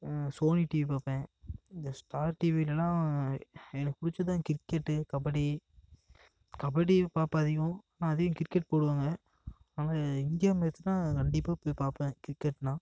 Sony TV பார்ப்பேன் இந்த star டிவிலெலாம் எனக்கு பிடிச்சது கிரிக்கெட்டு கபடி கபடி பார்ப்பேன் அதிகம் மதியம் கிரிக்கெட் போடுவாங்க ஆனால் இந்தியா மேட்ச்ன்னால் கண்டிப்பாக போய் பார்ப்பேன் கிரிக்கெட்னால்